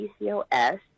PCOS